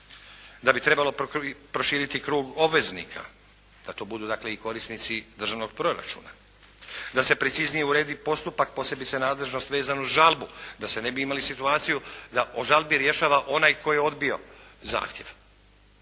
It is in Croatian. da bi trebalo proširiti krug obveznika da to budu dakle i korisnici državnog proračuna, da se preciznije uredi postupak posebice nadležnost vezano uz žalbu da ne bi imali situaciju da o žalbi rješava onaj tko je odbio zahtjev.